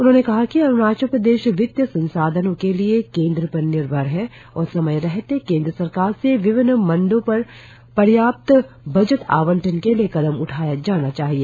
उन्होंने कहा कि अरुणाचल प्रदेश वित्तीय संसाधनों के लिए केंद्र पर निर्भर है और समय रहते केंद्र सरकार से विभिन्न मदो में पर्याप्त बजट आवंटन के लिए कदम उठाया जाना चाहिए